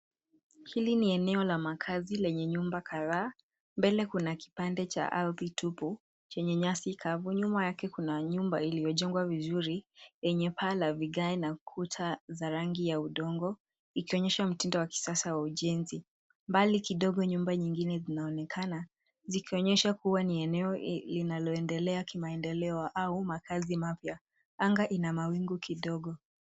Hili ni eneo la makazi lenye nyumba kadhaa. Mbele kuna kipande cha ardhi tupu chenye nyasi kavu. Nyuma yake kuna nyumba iliyojengwa vizuri yenye paa la vigae na kuta za rangi ya udongo ikionyesha mtindo wa kisasa wa ujenzi. Mbali kidogo nyumba nyingine zinaonekana zikionyesha kuwa ni eneo linaloendelea kimaendeleo au makazi mapya. Anga ina mawingu kidogo.